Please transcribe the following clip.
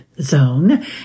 Zone